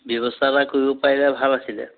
ব্যৱস্থা এটা কৰিব পাৰিলে ভাল আছিলে